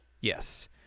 Yes